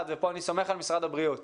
ופה אני סומך על משרד הבריאות,